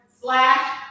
slash